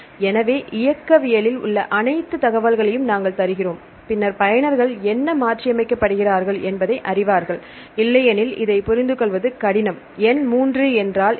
எனவே இயக்கவியலில் உள்ள அனைத்து தகவல்களையும் நாங்கள் தருகிறோம் பின்னர் பயனர்கள் என்ன மாற்றியமைக்கப்படுகிறார்கள் என்பதை அறிவார்கள் இல்லையெனில் இதைப் புரிந்துகொள்வது கடினம் எண் 3 என்றால் என்ன